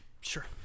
Sure